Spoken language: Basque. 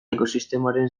ekosistemaren